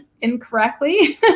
incorrectly